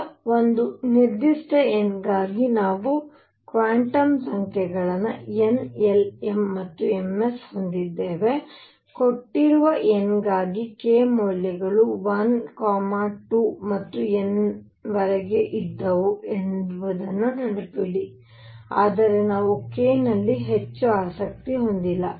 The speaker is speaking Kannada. ಈಗ ಒಂದು ನಿರ್ದಿಷ್ಟ n ಗಾಗಿ ನಾವು ಕ್ವಾಂಟಮ್ ಸಂಖ್ಯೆಗಳನ್ನು n l m ಮತ್ತು msಹೊಂದಿದ್ದೇವೆ ಕೊಟ್ಟಿರುವ n ಗಾಗಿ k ಮೌಲ್ಯಗಳು 1 2 ಮತ್ತು n ವರೆಗೆ ಇದ್ದವು ಎಂಬುದನ್ನು ನೆನಪಿಡಿ ಆದರೆ ನಾವು k ನಲ್ಲಿ ಹೆಚ್ಚು ಆಸಕ್ತಿ ಹೊಂದಿಲ್ಲ